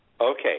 Okay